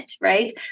right